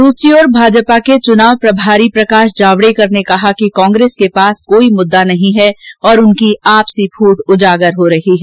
दूसरी ओर भाजपा के चुनाव प्रभारी प्रकाश जावडेकर ने कहा कि कांग्रेस के पास कोई मुद्दा नहीं है और उनकी आपसी फूट उजागर हो रही है